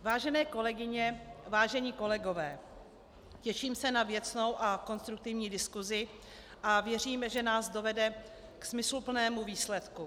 Vážené kolegyně, vážení kolegové, těším se na věcnou a konstruktivní diskusi a věřím, že nás dovede k smysluplnému výsledku.